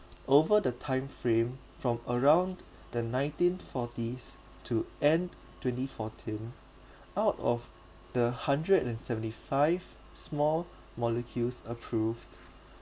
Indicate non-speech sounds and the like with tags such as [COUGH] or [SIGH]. over the time frame from around the nineteen forties to end twenty fourteen [BREATH] out of the hundred and seventy five small molecules approved